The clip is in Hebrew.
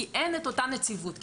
כי אין את אותה נציבות,